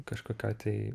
kažkokioj tai